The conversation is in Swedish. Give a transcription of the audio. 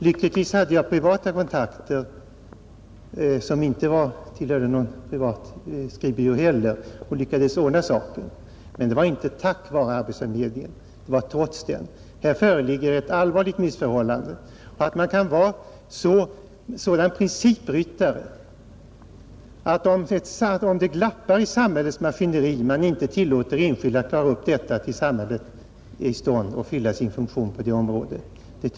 Lyckligtvis hade jag privata kontakter, som inte heller tillhörde någon privat skrivbyrå, och lyckades ordna saken, men det var inte tack vare arbetsförmedlingen utan trots den. Det föreligger här ett allvarligt missförhållande, Jag tycker att det är ganska egendomligt att man kan utöva ett sådant principrytteri att man, om det glappar i samhällets maskineri, inte tillåter enskilda att ta vid tills samhället är i stånd att fylla sin funktion på området,